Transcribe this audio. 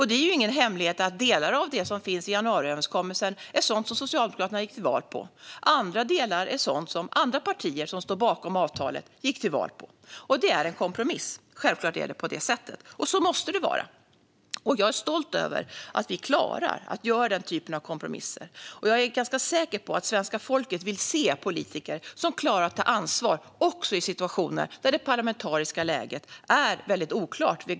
Det är ingen hemlighet att delar av det som finns i januariöverenskommelsen är sådant som Socialdemokraterna gick till val på. Andra delar är sådant som andra partier som står bakom avtalet gick till val på. Det är en kompromiss. Självklart är det på det sättet, och så måste det vara. Jag är stolt över att vi klarar att göra den typen av kompromisser, och jag är ganska säker på att svenska folket vill se politiker som klarar att ta ansvar också i situationer där det parlamentariska läget är väldigt oklart.